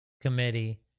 Committee